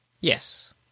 Yes